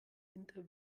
winter